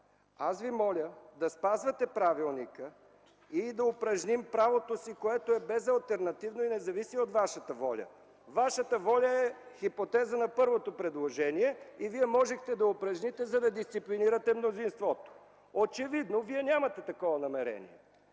Аз Ви моля да спазвате правилника и да упражним правото си, което е безалтернативно и не зависи от Вашата воля. Вашата воля е хипотеза на първото предложение и Вие можехте да я упражните, за да дисциплинирате мнозинството. Очевидно Вие нямате такова намерение.